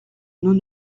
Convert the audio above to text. nous